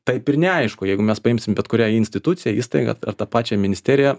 taip ir neaišku jeigu mes paimsim bet kurią instituciją įstaigą ar tą pačią ministeriją